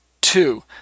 two